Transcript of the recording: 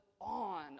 on